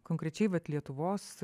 konkrečiai vat lietuvos